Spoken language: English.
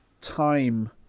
time